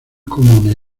comunes